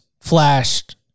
flashed